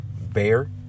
bear